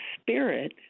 spirit